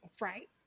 Right